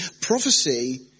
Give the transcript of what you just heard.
Prophecy